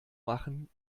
machen